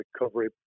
recovery